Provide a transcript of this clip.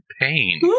pain